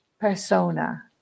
persona